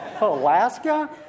Alaska